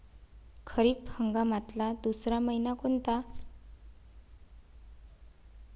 खरीप हंगामातला दुसरा मइना कोनता?